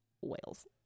whales